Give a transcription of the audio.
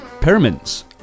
Pyramids